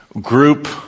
group